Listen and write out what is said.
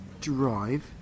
drive